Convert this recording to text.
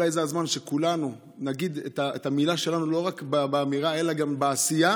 אולי זה הזמן שכולנו נגיד את המילה שלנו לא רק באמירה אלא גם בעשייה,